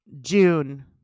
June